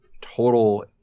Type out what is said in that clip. total